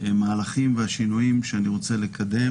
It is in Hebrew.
המהלכים ואת השינויים שאני רוצה לקדם.